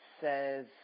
says